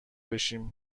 بشیم